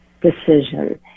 decision